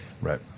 Right